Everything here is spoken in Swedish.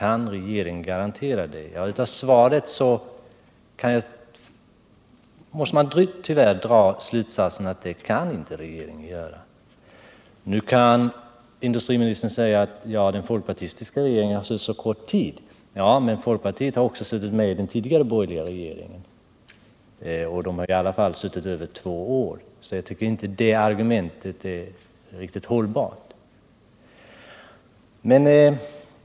Av svaret måste man tyvärr dra slutsatsen att regeringen inte kan göra det. Industriministern kan naturligtvis säga att den folkpartistiska regeringen funnits så kort tid. Ja, men folkpartiet har också suttit med i den tidigare borgerliga regeringen, och den har ju i alla fall suttit i över två år. Det argumentet är därför inte riktigt hållbart.